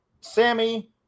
Sammy